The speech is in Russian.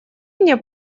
мне